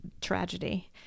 tragedy